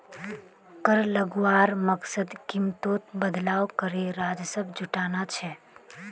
कर लगवार मकसद कीमतोत बदलाव करे राजस्व जुटाना छे